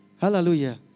Hallelujah